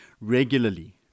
regularly